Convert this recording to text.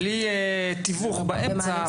בלי תיווך באמצע,